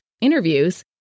interviews